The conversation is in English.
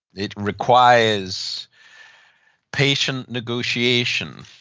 it requires patient negotiation,